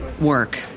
work